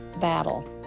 battle